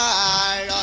i